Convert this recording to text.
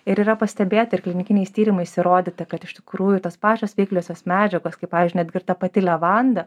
ir yra pastebėta ir klinikiniais tyrimais įrodyta kad iš tikrųjų tos pačios veikliosios medžiagos kaip pavyzdžiui netgi ir ta pati levanda